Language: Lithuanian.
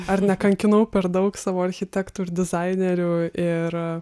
ar nekankinau per daug savo architektų ir dizainerių ir